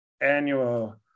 annual